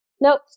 Nope